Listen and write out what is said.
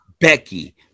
Becky